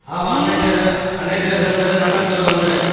ஆமாம் அன்னை தெர அன்னை தெரசா தெரு நங்காத்தூருக்கு வந்துடு